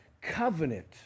covenant